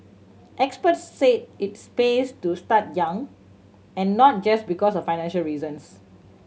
experts said its pays to start young and not just because of financial reasons